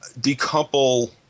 decouple